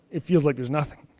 it feels like there's nothing,